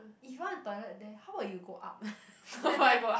if you want a toilet that how about you go up